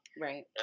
Right